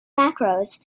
macros